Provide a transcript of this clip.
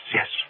yes